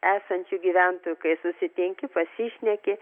esančių gyventojų kai susitinki pasišneki